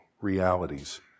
realities